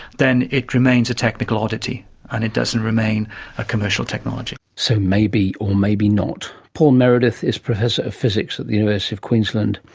then it remains a technical oddity and it doesn't remain a commercial technology. so maybe or maybe not. paul meredith is professor of physics at the university of queensland.